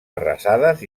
arrasades